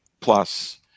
plus